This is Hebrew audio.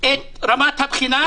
את רמת הבחינה,